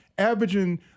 Averaging